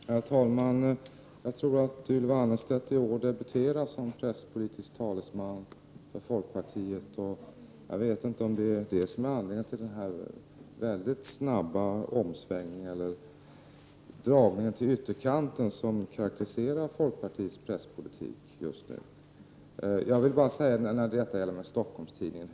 Herr talman! Jag tror att Ylva Annerstedt i år debuterar som presspolitisk talesman för folkpartiet, och jag vet inte om det är detta som är anledningen till den mycket snabba omsvängning eller dragning till ytterkanten som karakteriserar folkpartiets presspolitik just nu. Jag vill bara fråga Ylva Annerstedt hur naiv man får vara när det gäller Stockholms-Tidningen.